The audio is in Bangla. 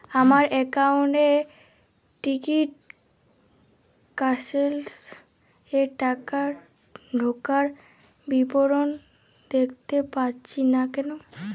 আমার একাউন্ট এ টিকিট ক্যান্সেলেশন এর টাকা ঢোকার বিবরণ দেখতে পাচ্ছি না কেন?